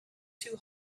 too